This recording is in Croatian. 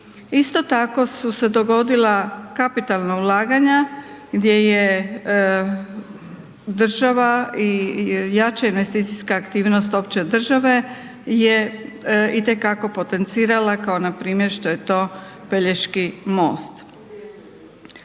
Isto tako su se dogodila kapitalna ulaganja gdje je država i jača investicijska aktivnost opće države je itekako potencirala kao npr. što je to Pelješki most.